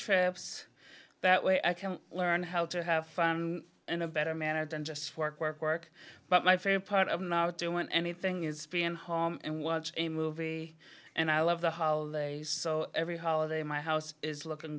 trips that way i can learn how to have fun in a better manner than just work work work but my favorite part of not doing anything is being home and watch a movie and i love the holidays so every holiday my house is looking